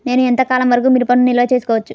నేను ఎంత కాలం వరకు మిరపను నిల్వ చేసుకోవచ్చు?